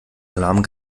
alarm